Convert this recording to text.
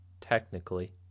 technically